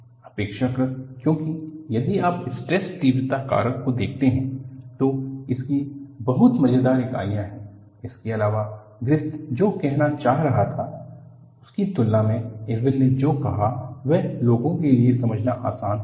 अपेक्षाकृत क्योंकि यदि आप स्ट्रेस तीव्रता कारक को देखते हैं तो इसकी बहुत मज़ेदार इकाइयाँ हैं इसके अलावा ग्रिफ़िथ जो कहना चाह रहा था उसकी तुलना में इरविन ने जो कहा वह लोगों के लिए समझना आसान था